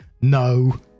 no